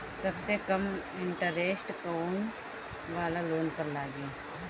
सबसे कम इन्टरेस्ट कोउन वाला लोन पर लागी?